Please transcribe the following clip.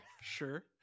Sure